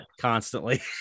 constantly